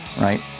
right